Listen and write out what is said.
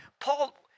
Paul